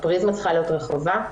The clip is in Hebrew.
הפריזמה צריכה להיות רחבה.